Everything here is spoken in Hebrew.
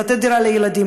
לתת דירה לילדים,